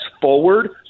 forward